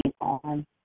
on